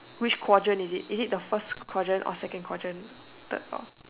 which quadrant is it is it the first quadrant or second quadrant third fourth